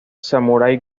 samurai